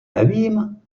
nevím